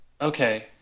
Okay